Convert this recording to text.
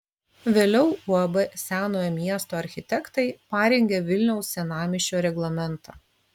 vėliau uab senojo miesto architektai parengė vilniaus senamiesčio reglamentą